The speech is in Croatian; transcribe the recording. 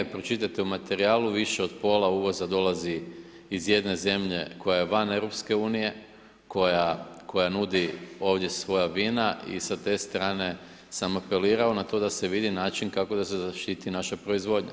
Pročitajte u materijalu, više od pola uvoza dolazi iz jedne zemlje koja je van EU, koja nudi ovdje svoja vina i sa te strane sam apelirao na to da se vidi način kako da se zaštiti naša proizvodnja.